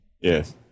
yes